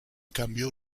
cambio